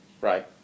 right